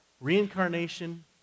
reincarnation